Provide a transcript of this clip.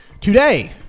today